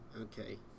okay